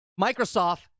Microsoft